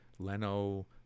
Leno